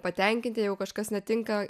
patenkinti jeigu kažkas netinka